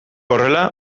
horrela